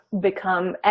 become